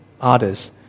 others